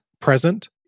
present